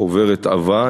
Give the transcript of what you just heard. חוברת עבה,